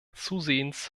zusehends